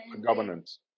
Governance